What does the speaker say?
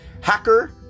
hacker